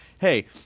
Hey